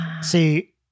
See